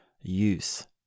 use